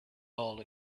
all